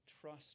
trust